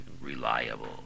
reliable